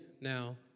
now